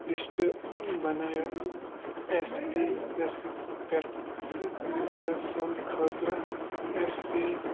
list بناوٕنۍ S P S پٮ۪ٹھ user سٕنٛدۍ خٲطرٕ ایٚس سی